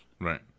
Right